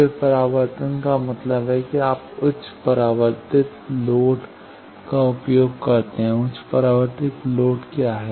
फिर परावर्तन का मतलब है कि आप उच्च परावर्तित लोड का उपयोग करते हैं उच्च परावर्तित लोड क्या है